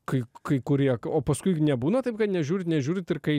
kai kai kurie o paskui nebūna taip kad nežiūrit nežiūrit ir kai